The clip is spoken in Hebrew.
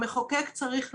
המחוקק צריך לדעת,